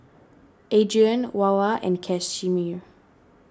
Adrien Wava and Casimir